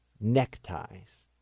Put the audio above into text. neckties